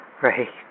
Right